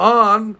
on